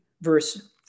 verse